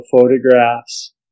photographs